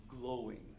glowing